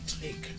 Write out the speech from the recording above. take